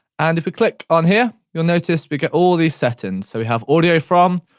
and if we click on here, you'll notice we get all these settings, so we have audio from,